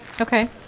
Okay